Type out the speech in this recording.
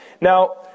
Now